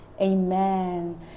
amen